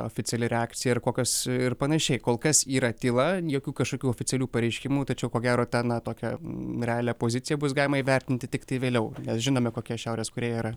oficiali reakcija ir kokios ir panašiai kol kas yra tyla jokių kažkokių oficialių pareiškimų tačiau ko gero tą na tokia realią poziciją bus galima vertinti tiktai vėliau nes žinome kokia šiaurės korėja yra